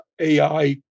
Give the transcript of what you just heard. AI